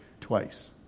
twice